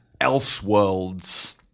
Elseworlds